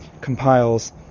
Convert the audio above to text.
compiles